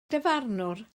dyfarnwr